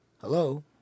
Hello